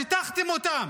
שיטחתם אותם.